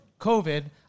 COVID